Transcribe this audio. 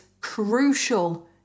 crucial